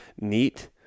Neat